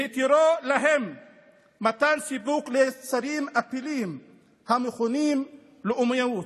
בהתירו להם מתן סיפוק ליצרים אפלים (המכונים 'לאומיות'